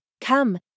come